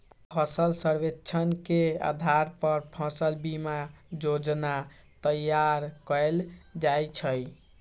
फसल सर्वेक्षण के अधार पर फसल बीमा जोजना तइयार कएल जाइ छइ